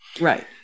Right